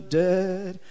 dead